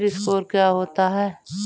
CIBIL score क्या होता है?